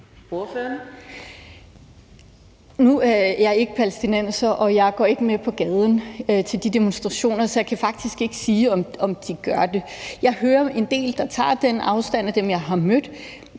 Nu er jeg ikke palæstinenser, og jeg går ikke med på gaden til de demonstrationer, så jeg kan faktisk ikke kan sige, om de gør det. Jeg hører en del af dem, jeg har mødt,